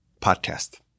podcast